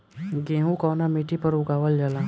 गेहूं कवना मिट्टी पर उगावल जाला?